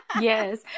Yes